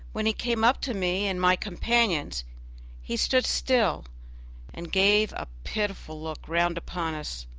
when he came up to me and my companions he stood still and gave a pitiful look round upon us.